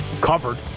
covered